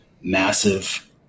massive